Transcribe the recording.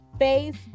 Facebook